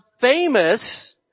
famous